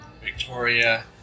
Victoria